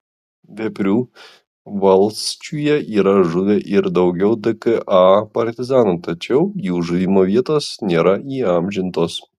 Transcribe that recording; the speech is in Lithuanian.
veprių valsčiuje yra žuvę ir daugiau dka partizanų tačiau jų žuvimo vietos nėra įamžintos